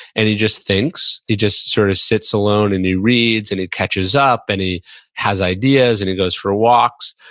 and he just thinks. he just sort of sits alone and he reads, and he catches up, and he has ideas, and he goes for walks.